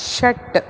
षट्